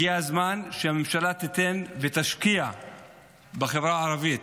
הגיע הזמן שהממשלה תיתן ותשקיע בחברה הערבית.